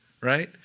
right